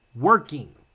working